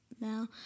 now